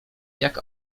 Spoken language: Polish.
jak